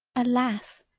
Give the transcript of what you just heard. alas!